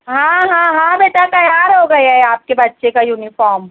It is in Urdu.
ہاں ہاں ہاں بیٹا تیار ہوگئے آپ کے بچے کا یونیفام